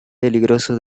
peligroso